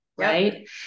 Right